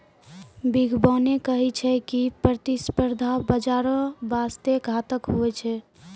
बिद्यबाने कही छै की कर प्रतिस्पर्धा बाजारो बासते घातक हुवै छै